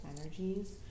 energies